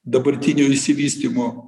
dabartinio išsivystymo